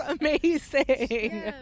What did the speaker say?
amazing